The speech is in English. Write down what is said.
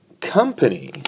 company